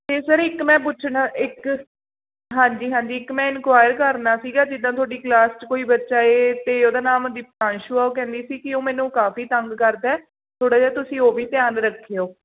ਅਤੇ ਸਰ ਇੱਕ ਮੈਂ ਪੁੱਛਣਾ ਇੱਕ ਹਾਂਜੀ ਹਾਂਜੀ ਇੱਕ ਮੈਂ ਇਨਕੁਆਇਰ ਕਰਨਾ ਸੀਗਾ ਜਿੱਦਾਂ ਤੁਹਾਡੀ ਕਲਾਸ 'ਚ ਕੋਈ ਬੱਚਾ ਹੈ ਅਤੇ ਉਹਦਾ ਨਾਮ ਦੀਪਾਨਸ਼ੂ ਆ ਉਹ ਕਹਿੰਦੀ ਸੀ ਕਿ ਉਹ ਮੈਨੂੰ ਕਾਫੀ ਤੰਗ ਕਰਦਾ ਹੈ ਥੋੜ੍ਹਾ ਜਿਹਾ ਤੁਸੀਂ ਉਹ ਵੀ ਧਿਆਨ ਰੱਖਿਓ